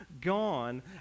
gone